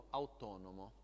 autonomo